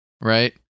right